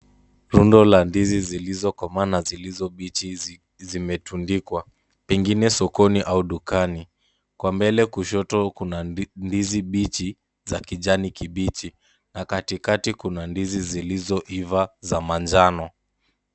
Rundo la ndizi zilizokomaa na zilizo mbichi zimetundikwa pengine sokoni au dukani. Kwa mbele kushoto kuna ndizi mbichi za kijani kibichi na katikati kuna ndizi zilizoiva za manjano.